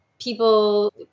people